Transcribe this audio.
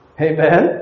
Amen